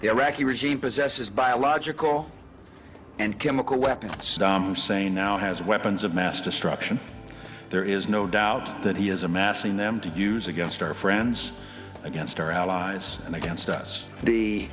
the iraqi regime possesses biological and chemical weapons to saddam hussein now has weapons of mass destruction there is no doubt that he is amassing them to use against our friends against our allies and against us the